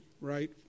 right